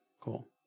Cool